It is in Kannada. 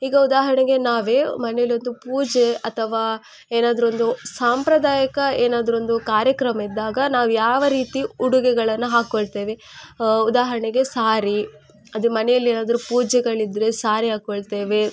ಈಗ ಉದಾಹರಣೆಗೆ ನಾವೇ ಮನೆಲ್ಲೊಂದು ಪೂಜೆ ಅಥವಾ ಏನಾದರೊಂದು ಸಾಂಪ್ರದಾಯಿಕ ಏನಾದರೊಂದು ಕಾರ್ಯಕ್ರಮ ಇದ್ದಾಗ ನಾವು ಯಾವ ರೀತಿ ಉಡುಗೆಗಳನ್ನು ಹಾಕಿಕೊಳ್ತೇವೆ ಉದಾಹರಣೆಗೆ ಸಾರಿ ಅದು ಮನೇಲಿ ಏನಾದದರು ಪೂಜೆಗಳಿದ್ದರೆ ಸಾರಿ ಹಾಕ್ಕೊಳ್ತೇವೆ